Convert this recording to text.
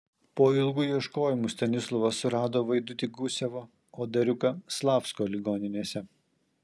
po ilgų ieškojimų stanislovas surado vaidutį gusevo o dariuką slavsko ligoninėse